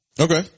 Okay